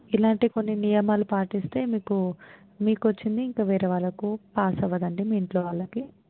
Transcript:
ఇలాంటివి కొన్ని నియమాలు పాటిస్తే మీకు మీకు వచ్చింది ఇంకా వేరే వాళ్ళకు పాస్ అవ్వదండి మీ ఇంట్లో వాళ్ళకి